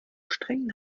streng